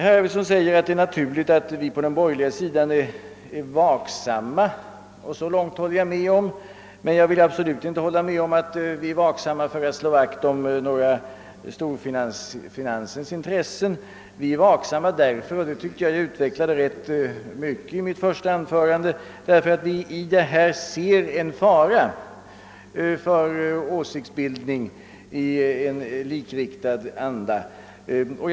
Herr Arvidson säger att det är naturligt att vi på den borgerliga sidan är vaksamma. Så långt håller jag med honom, men jag vill absolut inte hålla med honom om att vi är vaksamma för att slå vakt om storfinansens intressen. Vi är vaksamma därför att — och det tycker jag att jag utvecklade rätt ingående i mitt första anförande — vi i detta ser en fara för en likriktning av åsiktsbildningen.